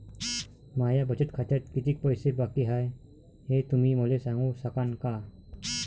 माया बचत खात्यात कितीक पैसे बाकी हाय, हे तुम्ही मले सांगू सकानं का?